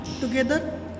together